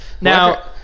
Now